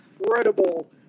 incredible